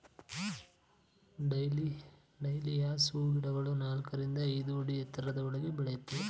dahlias ಹೂಗಿಡಗಳು ನಾಲ್ಕರಿಂದ ಐದು ಅಡಿ ಎತ್ತರದವರೆಗೂ ಬೆಳೆಯುತ್ತವೆ